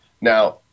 Now